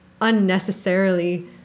unnecessarily